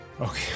Okay